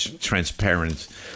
transparent